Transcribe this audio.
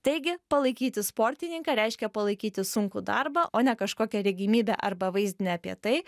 taigi palaikyti sportininką reiškia palaikyti sunkų darbą o ne kažkokią regimybę arba vaizdinį apie tai